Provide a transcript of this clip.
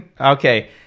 Okay